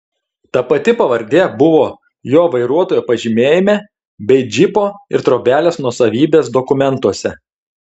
ta pati pavardė buvo jo vairuotojo pažymėjime bei džipo ir trobelės nuosavybės dokumentuose